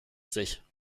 sich